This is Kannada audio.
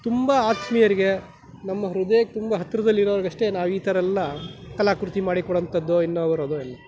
ತುಂಬ ಆತ್ಮೀಯರಿಗೆ ನಮ್ಮ ಹೃದಯಕ್ಕೆ ತುಂಬ ಹತ್ರದಲ್ಲಿರೋರ್ಗಷ್ಟೇ ನಾವು ಈ ಥರಯೆಲ್ಲ ಕಲಾಕೃತಿ ಮಾಡಿಕೊಡುವಂಥದ್ದು ಇನ್ನು